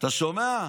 אתה שומע,